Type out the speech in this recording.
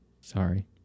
Sorry